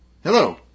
Hello